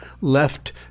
left